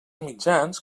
mitjans